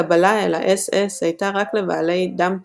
הקבלה אל האס־אס הייתה רק לבעלי "דם טהור",